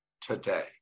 today